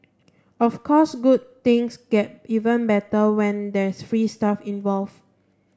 of course good things get even better when there's free stuff involved